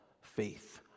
faith